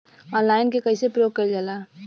Online के कइसे प्रयोग कइल जाला?